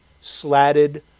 slatted